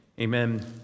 Amen